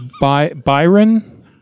Byron